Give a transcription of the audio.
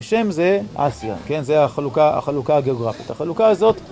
שם זה אסיה, כן, זה החלוקה הגיאוגרפית. החלוקה הזאת...